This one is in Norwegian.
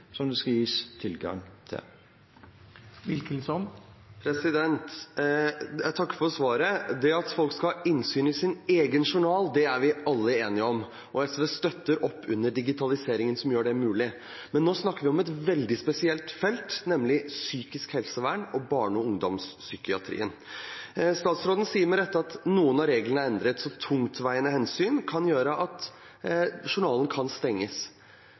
det skal gis tilgang til. Jeg takker for svaret. At folk skal ha innsyn i sin egen journal, er vi alle enige om, og SV støtter opp under digitaliseringen som gjør det mulig. Men nå snakker vi om et veldig spesielt felt, nemlig psykisk helsevern og barne- og ungdomspsykiatri. Statsråden sier med rette at noen av reglene er endret, så tungtveiende hensyn kan gjøre at journalen stenges. Men det kan